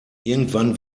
irgendwann